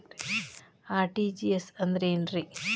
RTGS ಅಂದ್ರ ಏನ್ರಿ?